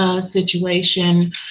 situation